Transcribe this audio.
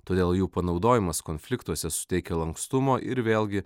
todėl jų panaudojimas konfliktuose suteikia lankstumo ir vėlgi